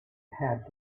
had